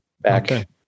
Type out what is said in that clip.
back